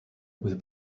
with